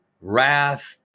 wrath